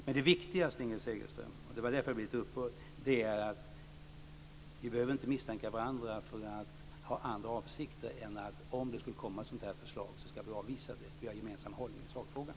Men det viktigaste, Inger Segelström - det var därför jag blev lite upprörd - är att vi inte behöver misstänka varandra för att ha andra avsikter än att avvisa ett sådant förslag om det skulle komma något. Vi har gemensam hållning i sakfrågan.